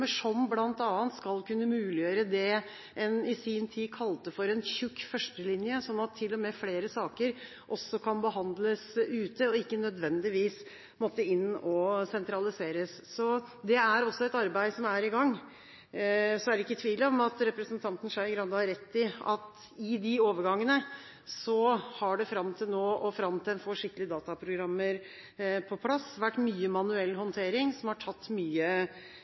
som bl.a. skal kunne muliggjøre det en i sin tid kalte en tjukk førstelinje, slik at til og med flere saker også kan behandles ute og ikke nødvendigvis må inn og sentraliseres. Det er også et arbeid som er i gang. Det er ikke tvil om at representanten Skei Grande har rett i at i de overgangene har det fram til nå og fram til en får skikkelige dataprogrammer på plass, vært mye manuell håndtering, som har tatt mye